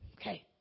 Okay